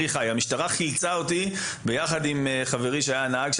המשטרה חילצה אותי ביחד עם חברי שהיה הנהג.